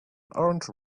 orange